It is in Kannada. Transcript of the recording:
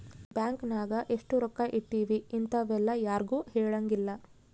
ಬ್ಯಾಂಕ್ ನಾಗ ಎಷ್ಟ ರೊಕ್ಕ ಇಟ್ತೀವಿ ಇಂತವೆಲ್ಲ ಯಾರ್ಗು ಹೆಲಂಗಿಲ್ಲ